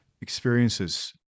experiences